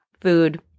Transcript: Food